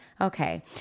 Okay